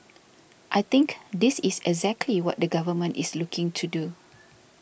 I think this is exactly what the government is looking to do